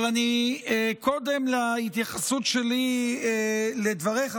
אבל קודם להתייחסות שלי לדבריך,